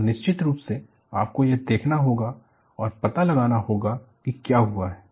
तो निश्चित रूप से आपको यह देखना होगा और पता लगाना होगा कि क्या हुआ है